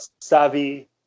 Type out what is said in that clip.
savvy